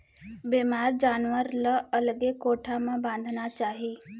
बेमार जानवर ल अलगे कोठा म बांधना चाही